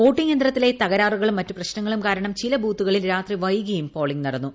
voting യന്ത്രത്തിലെ തകരാറുകളും മറ്റു പ്രശ്നങ്ങളും കാരണം ചില ബൂത്തുകളിൽ രാത്രി വൈകിയുട്ട് പ്പോളിംഗ് നടന്നു